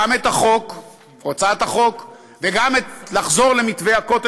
גם את החוק או הצעת החוק וגם לחזור למתווה הכותל,